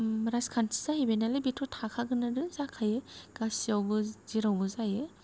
राजखान्थि जाहैबाय नालाय बेथ' थाखागोनानो जाखायो गासियावबो जेरावबो जायो